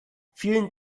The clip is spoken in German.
vielen